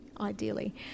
ideally